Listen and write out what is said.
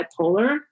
bipolar